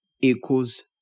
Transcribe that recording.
equals